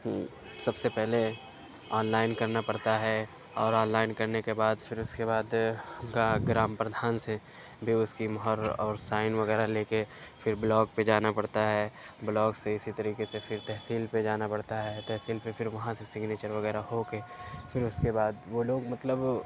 سب سے پہلے online کرنا پڑتا ہے اور آن لائن کرنے کے بعد پھر اُس کے بعد گا گرام پردھان سے بھی اُس کی مُہر اور سائن وغیرہ لے کے پھر بلاک پہ جانا پڑتا ہے بلاک سے اِسی طریقے سے پھر تحصیل پہ جانا پڑتا ہے تحصیل پہ پھر وہاں سے سگنیچر وغیرہ ہو کے پھر اُس کے بعد وہ لوگ مطلب